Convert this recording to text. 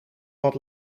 wat